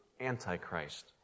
Antichrist